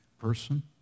person